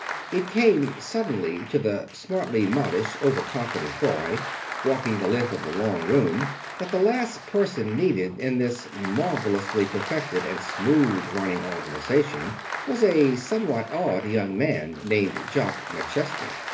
it came suddenly to the smartly modish, overconfident boy walking the length of the long room that the last person needed in this marvelously perfected and smooth-running organization was a somewhat awed young man named jock mcchesney.